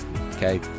Okay